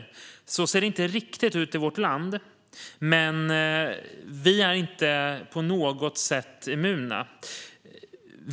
Riktigt så ser det inte ut i vårt land, men vi är inte på något sätt immuna.